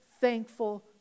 thankful